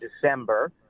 December